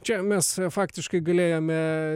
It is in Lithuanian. čia mes faktiškai galėjome